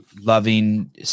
loving